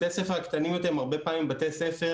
בתי הספר הקטנים יותר הם הרבה פעמים בתי ספר